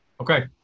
Okay